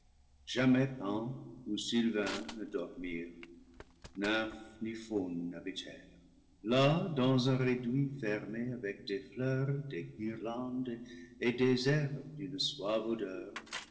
jamais pan ou sylvain ne dormirent nymphe ni faune n'habitèrent là dans un réduit fermé avec des fleurs des guirlandes et des herbes d'une suave odeur